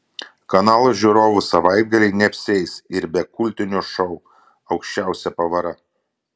kanalo žiūrovų savaitgaliai neapsieis ir be kultinio šou aukščiausia pavara